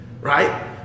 Right